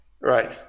Right